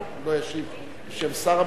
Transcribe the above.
הוא לא ישיב בשם שר הביטחון,